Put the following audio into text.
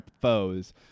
foes